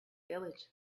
village